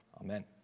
Amen